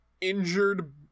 injured